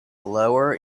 lower